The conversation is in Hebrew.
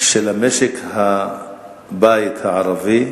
של משק-הבית הערבי,